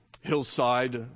hillside